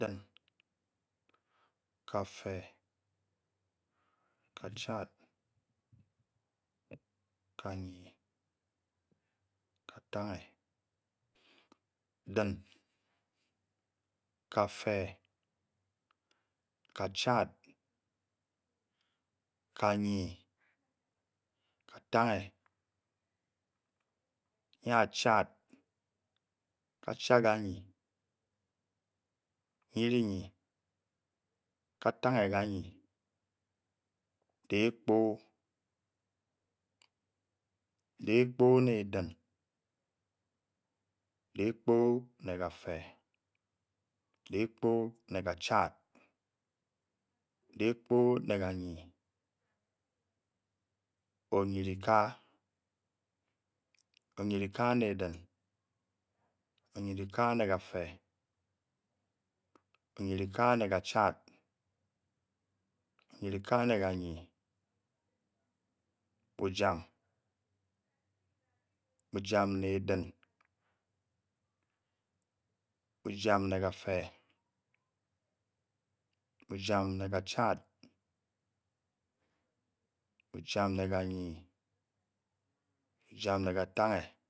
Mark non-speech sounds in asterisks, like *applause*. Den mape *hesitation* ka chard *hesitation* ka tang eh *hesitation* ka beng kaye *hesitation* ka teng la pko *hesitation* ka pho phe *hesitation* oiyere ka le adem *hesitation* bojan le charga chard bo jam le kaye